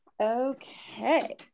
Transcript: Okay